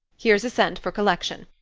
here's a cent for collection.